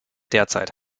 derzeit